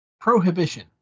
prohibition